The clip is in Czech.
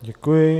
Děkuji.